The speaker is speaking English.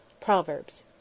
Proverbs